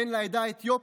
בן לעדה האתיופית,